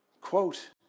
Quote